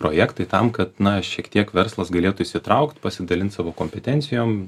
projektai tam kad na šiek tiek verslas galėtų įsitraukt pasidalint savo kompetencijom